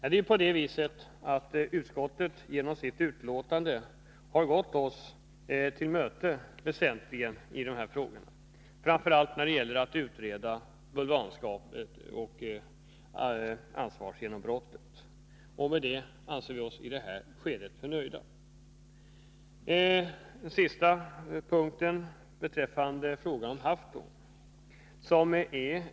Genom sitt betänkande har utskottet väsentligen gått oss till mötes i dessa frågor, framför allt när det gäller att utreda bulvanskap och ansvarsgenombrott. Därmed anser vi oss i detta skede nöjda. Den sista punkten gäller s.k. haftung.